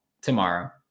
tomorrow